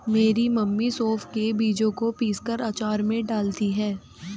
मेरी मम्मी सौंफ के बीजों को पीसकर अचार में डालती हैं